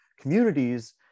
communities